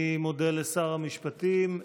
אני מודה לשר המשפטים.